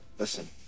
Listen